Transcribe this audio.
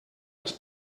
els